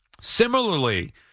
Similarly